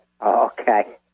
Okay